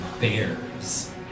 bears